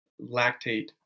lactate